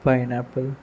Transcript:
pineapple